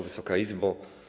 Wysoka Izbo!